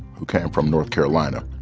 who came from north carolina.